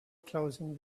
closing